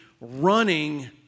running